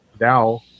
now